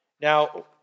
Now